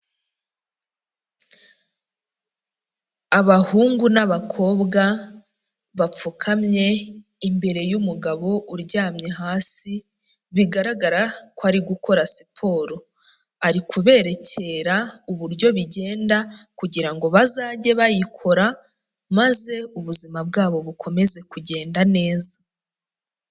Abahungu n'abakobwa bapfukamye imbere y'umugabo uryamye hasi, bigaragara ko ari gukora siporo. Ari kuberekera uburyo bigenda kugira ngo bazajye bayikora, maze ubuzima bwabo bukomeze kugenda neza.